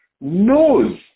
knows